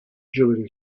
jewelery